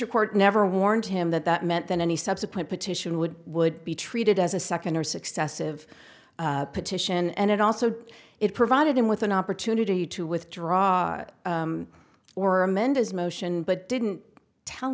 report never warned him that that meant that any subsequent petition would it would be treated as a second or successive petition and it also it provided him with an opportunity to withdraw or amend his motion but didn't tell